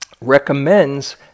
recommends